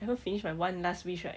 I haven't finished my one last wish right